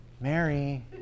Mary